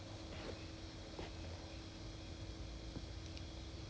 err 拜六礼拜 we had to go out mah then after 有一天去 Jewel